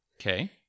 Okay